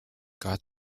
got